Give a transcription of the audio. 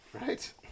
right